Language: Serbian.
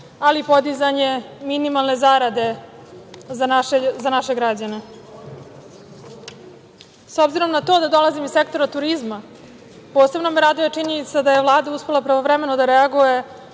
ali podizanje i minimalne zarade za naše građane.S obzirom na to da dolazim iz sektora turizma, posebno me raduje činjenica da je Vlada uspela pravovremeno da reaguje